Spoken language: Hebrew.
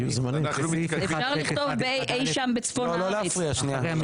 אפשר לכתוב אי שם בצפון הארץ.